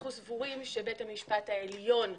אנחנו סבורים שבית המשפט העליון,